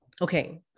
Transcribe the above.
Okay